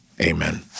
Amen